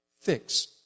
fix